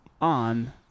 on